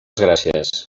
gràcies